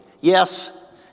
Yes